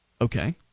Okay